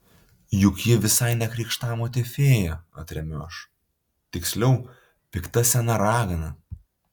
juk ji visai ne krikštamotė fėja atremiu aš tiksliau pikta sena ragana